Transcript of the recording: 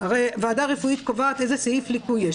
הרי ועדה רפואית קובעת איזה סעיף ליקוי יש.